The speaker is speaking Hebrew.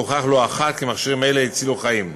הוכח לא אחת כי מכשירים אלה הצילו חיים.